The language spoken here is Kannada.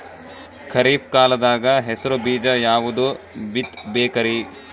ಖರೀಪ್ ಕಾಲದಾಗ ಹೆಸರು ಬೀಜ ಯಾವದು ಬಿತ್ ಬೇಕರಿ?